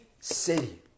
city